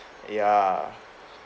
ya